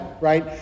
right